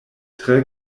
tre